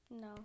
No